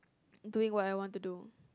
doing what I want to do